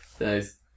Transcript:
nice